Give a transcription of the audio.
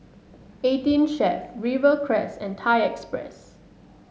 Eighteen Chef Rivercrest and Thai Express